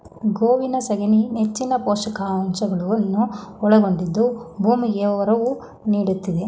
ಗೋವಿನ ಸಗಣಿ ನೆಚ್ಚಿನ ಪೋಷಕಾಂಶಗಳನ್ನು ಒಳಗೊಂಡಿದ್ದು ಭೂಮಿಗೆ ಒರವು ನೀಡ್ತಿದೆ